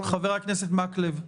חבר הכנסת מקלב,